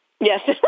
Yes